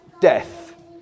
death